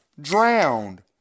drowned